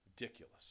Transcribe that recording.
Ridiculous